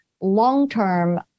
long-term